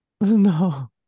No